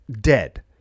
dead